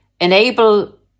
enable